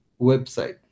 website